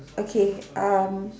okay um